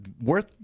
worth